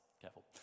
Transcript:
careful